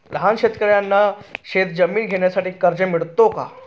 लहान शेतकऱ्यांना शेतजमीन घेण्यासाठी कर्ज मिळतो का?